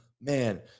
man